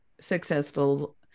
successful